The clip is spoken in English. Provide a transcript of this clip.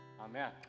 Amen